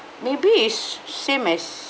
maybe is same as